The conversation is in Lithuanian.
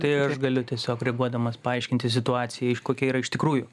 tai aš galiu tiesiog reaguodamas paaiškinti situaciją iš kokia yra iš tikrųjų